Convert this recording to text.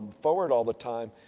forward all the time.